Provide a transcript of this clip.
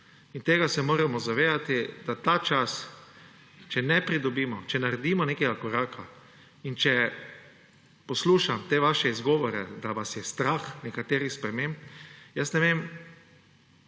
Tega se moramo zavedati, da ta čas, če ne pridobimo, če naredimo nekega koraka in če poslušam te vaše izgovore, da vas je strah nekaterih sprememb … Jaz ne vem,